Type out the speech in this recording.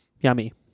Yummy